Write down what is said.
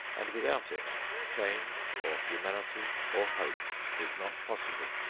and without it change or humanity or hope is not possible.